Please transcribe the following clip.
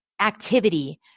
activity